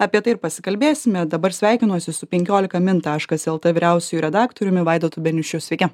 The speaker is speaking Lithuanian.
apie tai ir pasikalbėsime dabar sveikinuosi su penkiolika min taškas eltė vyriausiuoju redaktoriumi vaidotu beniušiu sveiki